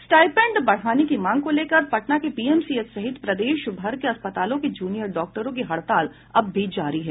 stipend बढ़ाने की मांग को लेकर पटना के पीएमसीएच सहित प्रदेशभर के अस्पतालों के जूनियर डॉक्टरों की हड़ताल अब भी जारी है